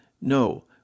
No